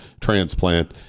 transplant